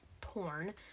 porn